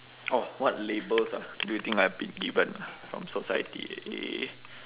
orh what labels ah do you think I have been given from society eh